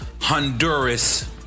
Honduras